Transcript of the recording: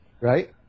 Right